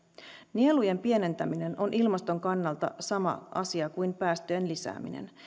nielujen pienentäminen on ilmaston kannalta sama asia kuin päästöjen lisääminen